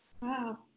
Wow